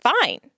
fine